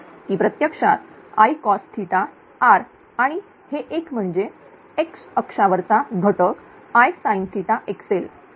ती प्रत्यक्षातr आणि हे एक म्हणजे x अक्षा वरचा घटकIsinxl